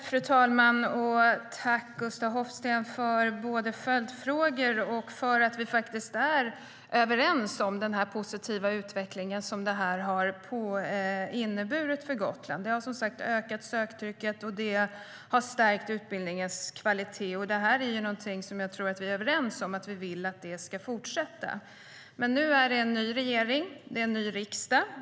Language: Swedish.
Fru talman! Tack, Gustaf Hoffstedt, både för följdfrågor och för att vi är överens om den positiva utveckling som detta har inneburit för Gotland. Det har som sagt ökat söktrycket och stärkt utbildningens kvalitet. Jag tror att vi är överens om att vi vill att detta ska fortsätta. Nu är det en ny regering och en ny riksdag.